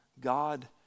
God